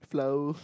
flour